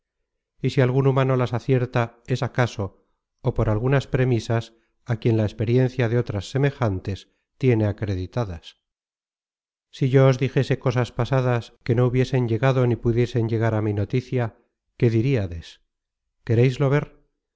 y si algun humano las acierta es acaso ó por algunas premisas á quien la experiencia de otras semejantes tiene acreditadas si yo os dijese cosas pasadas que no hubiesen llegado ni pudiesen llegar á mi noticia qué diríades quereislo ver